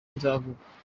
nzavuga